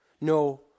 No